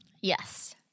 Yes